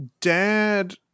dad